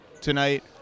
tonight